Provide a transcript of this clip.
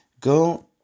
Go